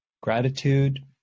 Gratitude